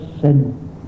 sin